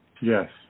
Yes